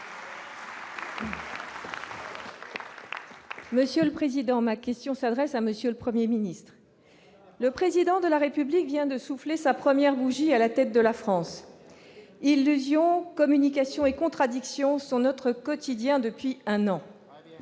Républicains. Ma question s'adresse à M. le Premier ministre. Le Président de la République vient de souffler sa première bougie à la tête de la France. Illusion, communication et contradictions sont notre quotidien depuis un an.